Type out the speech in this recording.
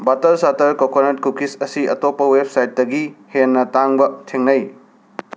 ꯕꯥꯠꯇꯔ ꯆꯥꯠꯇꯔ coconut cookies ꯑꯁꯤ ꯑꯇꯣꯞꯄ ꯋꯦꯞꯁꯥꯏꯠꯇꯒꯤ ꯍꯦꯟꯅ ꯇꯥꯡꯕ ꯊꯦꯡꯅꯩ